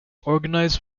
organized